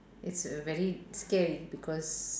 it's a very scary because